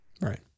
Right